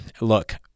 Look